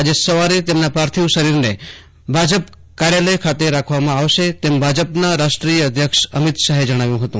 આજે સવારે તેમના પાર્થિવ શરીરને ભાજપ કાર્યાલય ખાતે રાખવામાં આવશે તેમ ભાજપના રાષ્ટ્રીય અધ્યક્ષ અમિત શાહે જણાવ્યું હતું